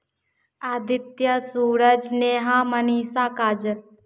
Aditya Suraj Sneha Manisha Kajal